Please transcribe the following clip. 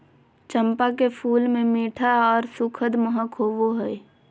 चंपा के फूल मे मीठा आर सुखद महक होवो हय